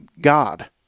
God